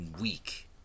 weak